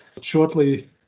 Shortly